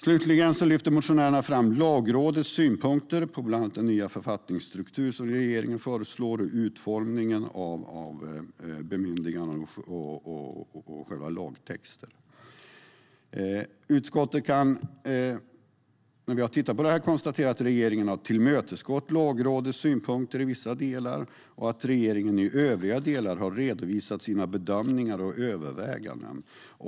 Slutligen lyfter motionärerna fram Lagrådets synpunkter på bland annat den nya författningsstruktur som regeringen föreslår samt utformningen av bemyndiganden och av själva lagtexten. Utskottet har tittat på det här och kan konstatera att regeringen har tillmötesgått Lagrådets synpunkter i vissa delar och att regeringen i övriga delar har redovisat sina bedömningar och överväganden.